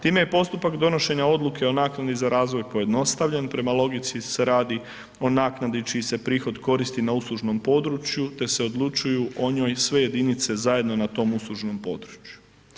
Time je postupak donošenja odluke o naknadi za razvoj pojednostavljen, prema logici se radi o naknadi čiji se prihod koristi na uslužnom području te se odlučuju o njoj sve jedinice zajedno na tom uslužnom području.